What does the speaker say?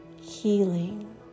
healing